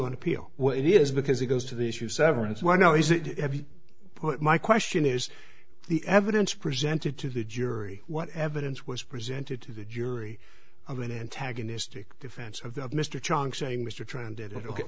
on appeal what it is because it goes to the issue severance why now is it put my question is the evidence presented to the jury what evidence was presented to the jury of an antagonistic defense of the of mr chong saying mr tr